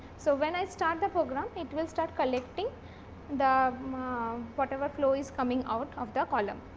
so, when i start the program, it will start collecting the whatever flow is coming out of the column.